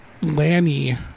Lanny